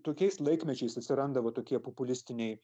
tokiais laikmečiais atsiranda va tokie populistiniai